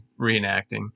reenacting